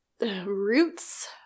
roots